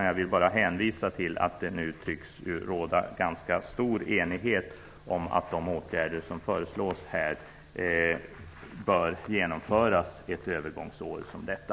Jag vill bara hänvisa till att det nu tycks råda en ganska stor enighet om att de åtgärder som föreslås bör genomföras ett övergångsår som detta.